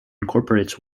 incorporates